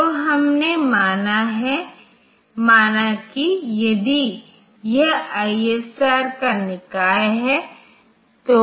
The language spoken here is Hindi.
तो हमने माना कि यदि यह ISR का निकाय है